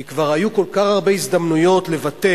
כי כבר היו כל כך הרבה הזדמנויות לבטל.